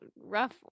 rough